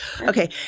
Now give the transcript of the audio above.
Okay